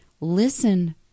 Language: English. Listen